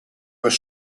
was